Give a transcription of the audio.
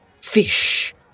fish